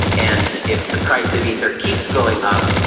and if the price of ether keeps going up,